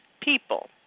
people